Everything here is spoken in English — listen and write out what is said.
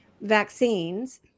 vaccines